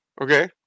Okay